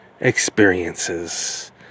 experiences